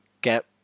get